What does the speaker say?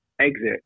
exit